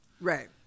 Right